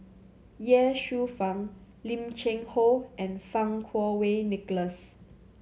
Ye Shufang Lim Cheng Hoe and Fang Kuo Wei Nicholas